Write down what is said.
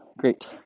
Great